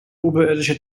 oberirdische